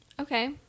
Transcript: Okay